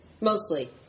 Mostly